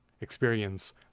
experience